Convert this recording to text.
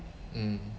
mm